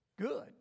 good